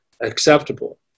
acceptable